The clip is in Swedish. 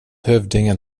hövdingen